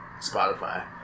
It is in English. Spotify